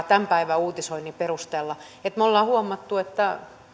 tämän päivän uutisoinnin perusteella me olemme huomanneet että